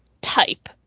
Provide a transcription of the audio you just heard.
type